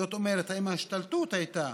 זאת אומרת, האם ההשתלטות הייתה